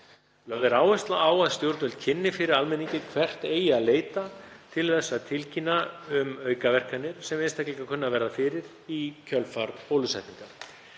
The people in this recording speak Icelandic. Lögð er áhersla á að stjórnvöld kynni fyrir almenningi hvert eigi að leita til þess að tilkynna um aukaverkanir sem einstaklingar kunna að verða fyrir í kjölfar bólusetningar.